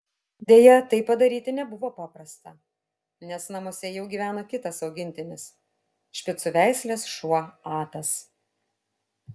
deja tai padaryti nebuvo paprasta nes namuose jau gyveno kitas augintinis špicų veislės šuo atas